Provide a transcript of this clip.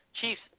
Chiefs